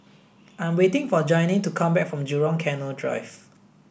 I'm waiting for Janine to come back from Jurong Canal Drive